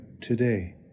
today